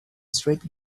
straight